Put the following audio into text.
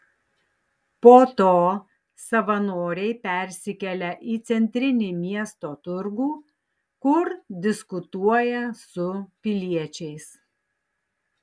po to savanoriai persikelia į centrinį miesto turgų kur diskutuoja su piliečiais